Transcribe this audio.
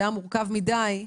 זה היה מורכב מידי,